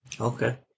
Okay